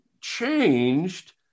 changed